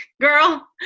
girl